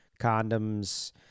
condoms